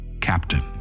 Captain